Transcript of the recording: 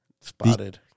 Spotted